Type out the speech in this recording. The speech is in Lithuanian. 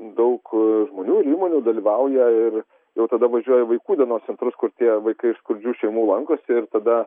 daug žmonių ir įmonių dalyvauja ir jau tada važiuoja į vaikų dienos centrus kur tie vaikai iš skurdžių šeimų lankosi ir tada